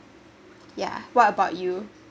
yeah what about you